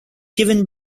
given